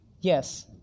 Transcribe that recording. Yes